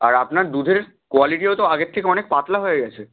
আর আপনার দুধের কোয়ালিটিও তো আগের থেকে অনেক পাতলা হয়ে গেছে